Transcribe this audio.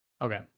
Okay